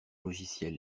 logiciels